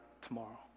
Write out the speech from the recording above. tomorrow